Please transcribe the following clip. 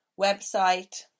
website